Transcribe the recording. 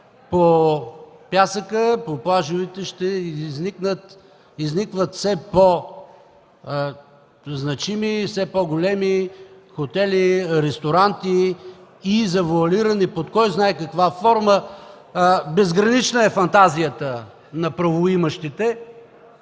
по пясъка, по плажовете ще изникват все по-значими, все по-големи хотели, ресторанти и завоалирани под кой знае каква форма. Безгранична е фантазията на правоимащите,